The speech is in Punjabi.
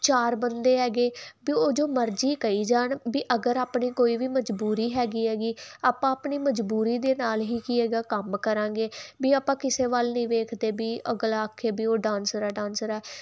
ਚਾਰ ਬੰਦੇ ਹੈਗੇ ਵੀ ਉਹ ਜੋ ਮਰਜ਼ੀ ਕਹੀ ਜਾਣ ਵੀ ਅਗਰ ਆਪਣੀ ਕੋਈ ਵੀ ਮਜਬੂਰੀ ਹੈਗੀ ਹੈਗੀ ਆਪਾਂ ਆਪਣੀ ਮਜਬੂਰੀ ਦੇ ਨਾਲ ਹੀ ਕੀ ਹੈਗਾ ਕੰਮ ਕਰਾਂਗੇ ਵੀ ਆਪਾਂ ਕਿਸੇ ਵੱਲ ਨਹੀਂ ਵੇਖਦੇ ਵੀ ਅਗਲਾ ਆਖੇ ਵੀ ਉਹ ਡਾਂਸਰ ਐ ਡਾਂਸਰ ਐ